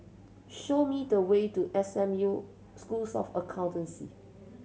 show me the way to S M U Schools of Accountancy